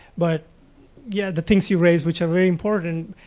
but yeah, the things you raised, which are very important,